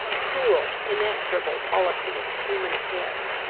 cruel, inexorable policy of human affairs,